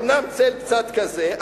אומנם צל קצת כזה,